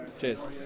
cheers